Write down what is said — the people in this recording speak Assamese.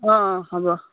অঁ অঁ হ'ব